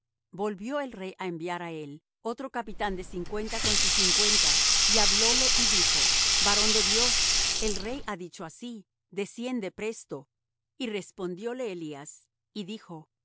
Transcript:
volvió el rey á enviar á él otro capitán de cincuenta con sus cincuenta y hablóle y dijo varon de dios el rey ha dicho así desciende presto y respondióle elías y dijo